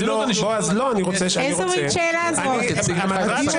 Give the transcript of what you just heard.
לא אכפת לכם?